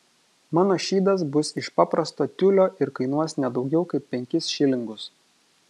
mano šydas bus iš paprasto tiulio ir kainuos ne daugiau kaip penkis šilingus